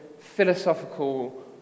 philosophical